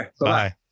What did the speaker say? Bye